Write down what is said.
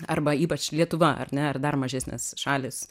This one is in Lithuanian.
arba ypač lietuva ar ne ar dar mažesnės šalys